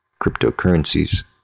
cryptocurrencies